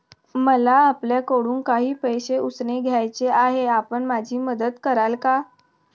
मला आपल्याकडून काही पैसे उसने घ्यायचे आहेत, आपण माझी मदत कराल का?